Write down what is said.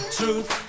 truth